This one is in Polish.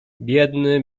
biedny